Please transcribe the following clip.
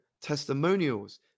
testimonials